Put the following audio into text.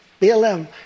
BLM